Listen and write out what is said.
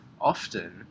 often